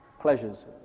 pleasures